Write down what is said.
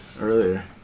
earlier